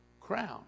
crown